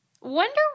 Wonder